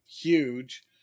huge